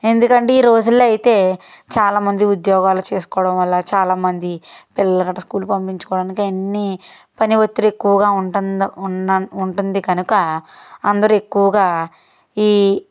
ఎందుకంటే ఈరోజుల్లో అయితే చాలామంది ఉద్యోగాలు చేసుకోవడం వల్ల చాలామంది పిల్లలు గట్టా స్కూల్కి పంపించుకోవడానికి ఎన్ని పని ఒత్తిడి ఎక్కువగా ఉంటందో ఉన్న ఉంటుంది కనుక అందరూ ఎక్కువగా ఈ